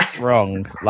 Wrong